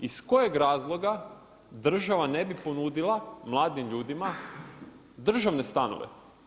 Iz kojeg razloga država ne bi ponudila mladim ljudima državne stanove?